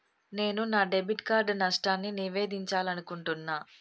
నేను నా debit card నష్టాన్ని నివేదించాలనుకుంటున్నా